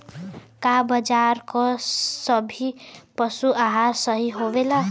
का बाजार क सभी पशु आहार सही हवें?